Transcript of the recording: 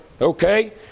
Okay